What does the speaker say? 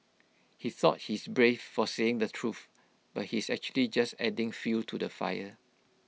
he thought he's brave for saying the truth but he's actually just adding fuel to the fire